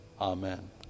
Amen